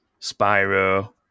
Spyro